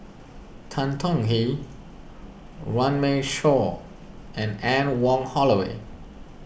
Tan Tong Hye Runme Shaw and Anne Wong Holloway